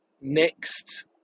Next